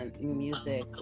music